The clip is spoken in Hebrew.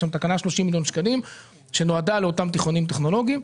יש שם תקנה על סך 30 מיליון שקלים שנועדה לאותם תיכונים טכנולוגיים.